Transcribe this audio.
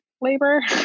labor